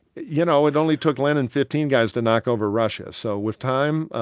you know, it only took lenin fifteen guys to knock over russia. so with time,